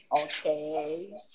Okay